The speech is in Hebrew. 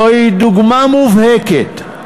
זוהי דוגמה מובהקת,